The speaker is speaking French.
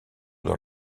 dans